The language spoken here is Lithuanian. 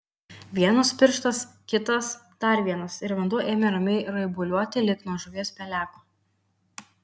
vienas pirštas kitas dar vienas ir vanduo ėmė ramiai raibuliuoti lyg nuo žuvies peleko